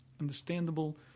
understandable